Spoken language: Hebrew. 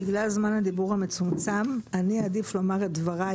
בגלל זמן הדיבור המצומצם אני אעדיף לומר את דבריי